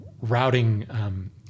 routing